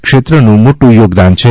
ક્ષેત્રનું મોટું યોગદાન છે